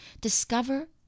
discover